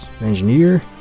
engineer